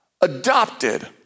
adopted